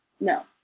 No